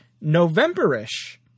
November-ish